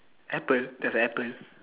apple there's a apple